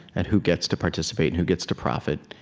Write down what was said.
and who gets to participate and who gets to profit.